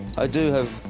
i do have,